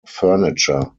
furniture